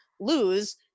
lose